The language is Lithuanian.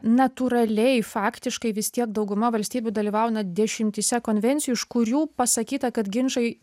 natūraliai faktiškai vis tiek dauguma valstybių dalyvauna dešimtyse konvencijų iš kurių pasakyta kad ginčai